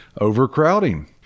overcrowding